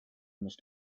must